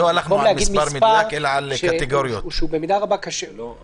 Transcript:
במקום להגיד מספר --- שלא תהיה סיטואציה